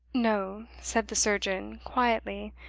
no, said the surgeon, quietly.